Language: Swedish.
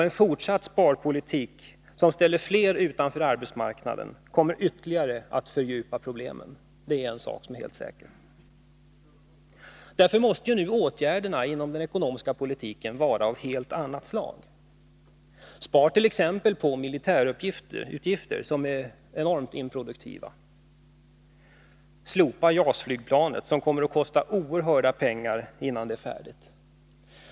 En fortsatt sparpolitik, som ställer fler utanför arbetsmarknaden, kommer att ytterligare fördjupa problemen. Det är en sak som är helt säker. Inom den ekonomiska politiken måste därför vidtas åtgärder av ett helt annat slag. Spar t.ex. in på militärutgifter, som är enormt improduktiva! Slopa JAS-flygplanet, som kommer att kosta oerhörda pengar innan det är färdigt.